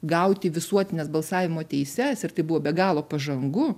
gauti visuotines balsavimo teises ir tai buvo be galo pažangu